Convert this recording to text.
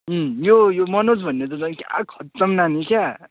यो यो मनोज भन्ने त झन् क्या खत्तम नानी क्या